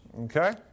Okay